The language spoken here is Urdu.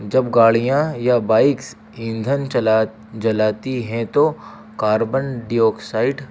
جب گاڑیاں یا بائکس ایندھن چلا جلاتی ہیں تو کاربن ڈی آکسائڈ